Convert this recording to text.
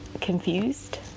confused